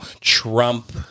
Trump